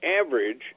average